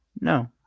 no